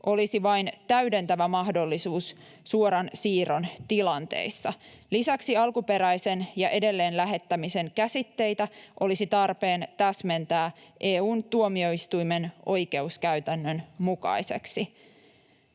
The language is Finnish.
olisi vain täydentävä mahdollisuus suoran siirron tilanteissa. Lisäksi alkuperäisen ja edelleen lähettämisen käsitteitä olisi tarpeen täsmentää EU:n tuomioistuimen oikeuskäytännön mukaiseksi.